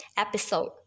episode